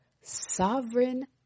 Sovereign